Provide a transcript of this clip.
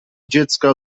dziecka